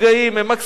הם מקסימום,